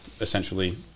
essentially